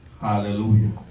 Hallelujah